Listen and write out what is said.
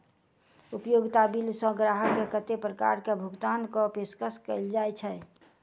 उपयोगिता बिल सऽ ग्राहक केँ कत्ते प्रकार केँ भुगतान कऽ पेशकश कैल जाय छै?